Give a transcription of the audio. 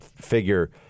figure